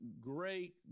great